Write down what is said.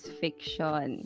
fiction